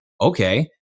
Okay